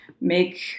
make